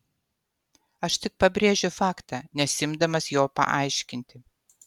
aš tik pabrėžiu faktą nesiimdamas jo paaiškinti